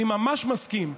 אני ממש מסכים,